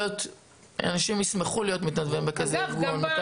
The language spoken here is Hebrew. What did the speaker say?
אנשים ישמחו להיות מתנדבים בכזה ארגון.